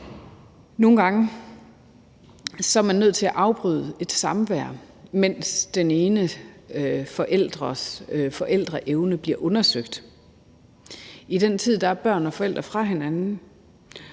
Nogle gange er man nødt til at afbryde et samvær, mens den ene forælders forældreevne bliver undersøgt. I den tid er børn og forældre fra hinanden,